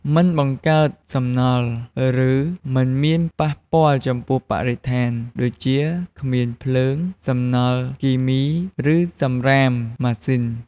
មិនបង្កើតសំណល់ ឬមិនមានប៉ះពាល់ចំពោះបរិស្ថាន ដូចជា គ្មានភ្លើង សំណល់គីមី ឬសំរាមម៉ាស៊ីន។